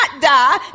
die